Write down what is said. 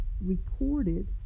recorded